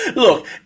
Look